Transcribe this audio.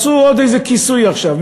מצאו עוד איזה כיסוי עכשיו,